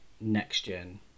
next-gen